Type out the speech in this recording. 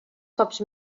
cops